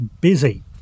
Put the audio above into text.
busy